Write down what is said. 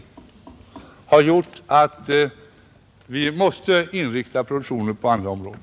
Detta har gjort att Fabriksverken måst inrikta produktionen på andra områden.